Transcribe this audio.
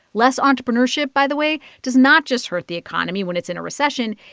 less entrepreneurship, by the way, does not just hurt the economy when it's in a recession.